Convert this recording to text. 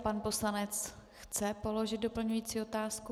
Pan poslanec chce položit doplňující otázku.